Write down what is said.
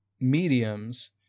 mediums